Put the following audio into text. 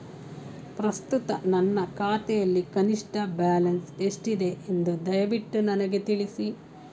ಪ್ರಸ್ತುತ ನನ್ನ ಖಾತೆಯಲ್ಲಿ ಕನಿಷ್ಠ ಬ್ಯಾಲೆನ್ಸ್ ಎಷ್ಟಿದೆ ಎಂದು ದಯವಿಟ್ಟು ನನಗೆ ತಿಳಿಸಿ